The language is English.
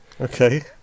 Okay